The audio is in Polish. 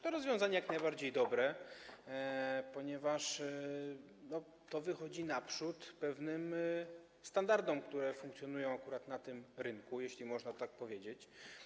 To rozwiązanie jest jak najbardziej dobre, ponieważ wychodzi naprzeciw pewnym standardom, które funkcjonują akurat na tym rynku, jeśli można tak powiedzieć.